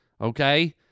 Okay